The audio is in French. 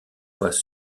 fois